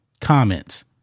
comments